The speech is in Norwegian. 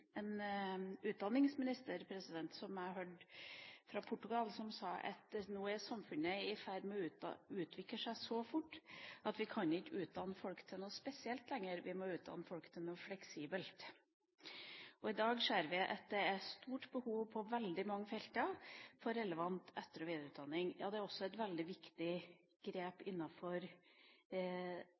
en gang en utdanningsminister – som jeg hørte – fra Portugal som sa at nå er samfunnet i ferd med å utvikle seg så fort at vi kan ikke utdanne folk til noe spesielt lenger, vi må utdanne folk til noe fleksibelt. I dag ser vi at det er et stort behov for relevant etter- og videreutdanning på veldig mange felt. Det er også et veldig viktig grep